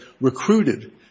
recruited